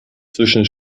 zwischen